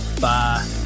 Bye